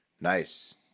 nice